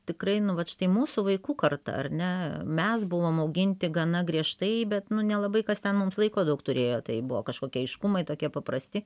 tikrai nu vat štai mūsų vaikų karta ar ne mes buvom auginti gana griežtai bet nu nelabai kas ten mums laiko daug turėjo tai buvo kažkokie aiškumai tokie paprasti